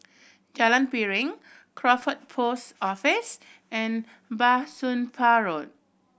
Jalan Piring Crawford Post Office and Bah Soon Pah Road